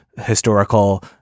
historical